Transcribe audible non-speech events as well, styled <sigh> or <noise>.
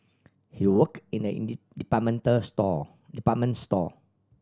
he work in a <unintelligible> department store department store